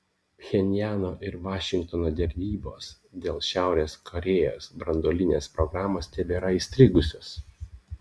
pchenjano ir vašingtono derybos dėl šiaurės korėjos branduolinės programos tebėra įstrigusios